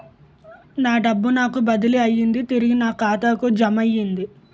నా డబ్బు నాకు బదిలీ అయ్యింది తిరిగి నా ఖాతాకు జమయ్యింది